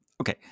Okay